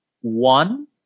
one